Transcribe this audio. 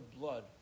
blood